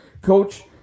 Coach